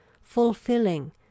fulfilling